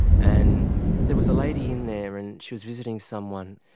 and there was a lady in there and she was visiting someone,